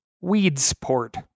Weedsport